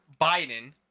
biden